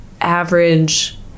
average